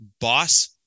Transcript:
boss